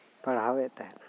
ᱯᱟᱲᱦᱟᱣᱮᱫ ᱛᱟᱦᱮᱱᱟ